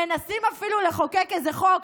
מנסים אפילו לחוקק איזה חוק,